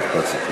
משפט סיכום.